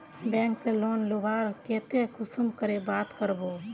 Bank से loan लुबार केते कुंसम करे बात करबो?